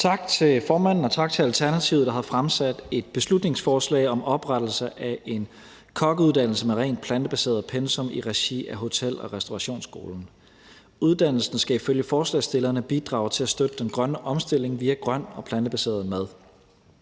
Tak til formanden, og tak til Alternativet, der har fremsat et beslutningsforslag om oprettelse af en kokkeuddannelse med et rent plantebaseret pensum i regi af Hotel- og Restaurantskolen. Uddannelsen skal ifølge forslagsstillerne bidrage til og støtte den grønne omstilling via grøn og plantebaseret mad.